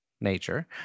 nature